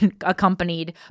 accompanied